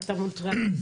אתה מוטרד?